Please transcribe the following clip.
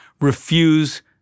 refuse